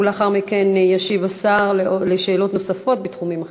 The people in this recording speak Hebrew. ולאחר מכן ישיב השר על שאלות נוספות בתחומים אחרים.